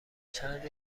چند